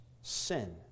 sin